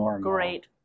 Great